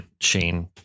shane